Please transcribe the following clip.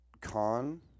con